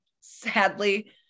sadly